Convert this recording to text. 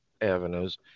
avenues